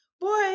boy